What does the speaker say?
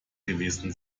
gewesen